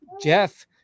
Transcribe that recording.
Jeff